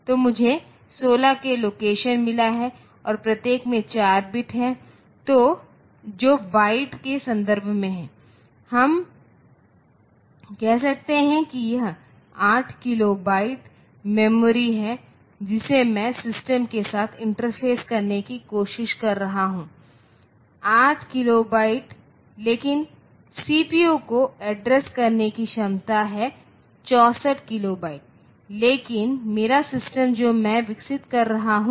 तो मुझे 16 k location मिला है और प्रत्येक में 4 बिट है जो बाइट के संदर्भ में है हम कह सकते हैं कि यह 8 किलो बाइट मेमोरी है जिसे मैं सिस्टम के साथ इंटरफेस करने की कोशिश कर रहा हूं 8 किलोबाइट लेकिन सीपीयू को एड्रेस करने की क्षमता है 64 किलोबाइट लेकिन मेरा सिस्टम जो मैं विकसित कर रहा हूं